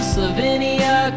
Slovenia